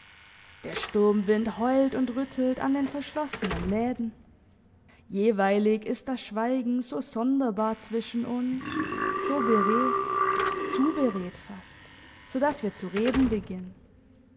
der sturmwind heult und rüttelt an den verschlossenen läden jeweilig ist das schweigen so sonderbar zwischen uns so beredt zu beredt fast so dass wir zu reden beginnen